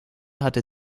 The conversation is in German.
hatte